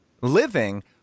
living